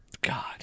God